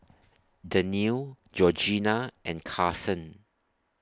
Dannielle Georgianna and Carson